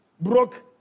Broke